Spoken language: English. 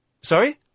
Sorry